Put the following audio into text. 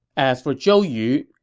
as for zhou yu,